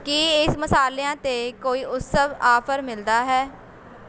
ਕੀ ਇਸ ਮਸਾਲਿਆਂ 'ਤੇ ਕੋਈ ਉਤਸਵ ਆਫ਼ਰ ਮਿਲਦਾ ਹੈ